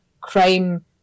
crime